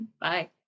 Bye